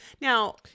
now